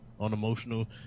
unemotional